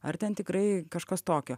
ar ten tikrai kažkas tokio